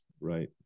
right